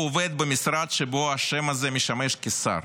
הוא עובד במשרד שבו האשם הזה משמש כשר.